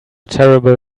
terrible